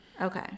Okay